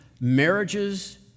Marriages